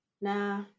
Nah